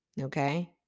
Okay